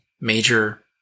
major